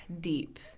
deep